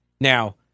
now